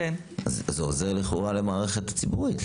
זה עוזר לכאורה למערכת הציבורית,